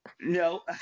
No